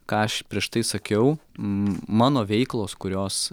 ką aš prieš tai sakiau mano veiklos kurios